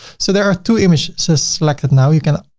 so there are two images so selected now. you can